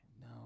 No